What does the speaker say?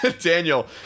Daniel